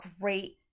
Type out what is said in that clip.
great